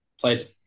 played